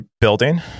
building